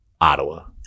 Ottawa